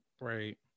right